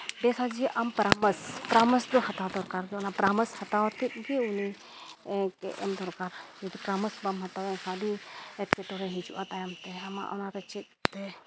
ᱵᱮᱥᱟᱡᱤ ᱟᱢ ᱯᱟᱨᱟᱢᱮᱥ ᱯᱟᱨᱟᱢᱮᱥ ᱫᱚ ᱦᱟᱛᱟᱣ ᱫᱚᱨᱠᱟᱨ ᱜᱮ ᱯᱟᱨᱟᱢᱮᱥ ᱦᱟᱛᱟᱣ ᱠᱟᱛᱮᱫ ᱜᱮ ᱩᱱᱤ ᱮᱢ ᱫᱚᱨᱠᱟᱨ ᱡᱩᱫᱤ ᱯᱚᱨᱟᱢᱮᱥ ᱵᱟᱢ ᱦᱟᱛᱟᱣᱟ ᱮᱱᱠᱷᱟᱱ ᱟᱹᱰᱤ ᱮᱴᱠᱮᱴᱚᱬᱮ ᱦᱤᱡᱩᱜᱼᱟ ᱛᱟᱭᱚᱢᱛᱮ ᱟᱢᱟᱜ ᱚᱱᱟ ᱨᱮ ᱪᱮᱫ ᱛᱮ